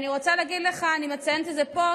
אני רוצה להגיד לך שאני מציינת את זה פה,